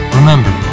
Remember